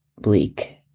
bleak